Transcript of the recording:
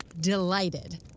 delighted